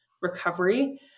recovery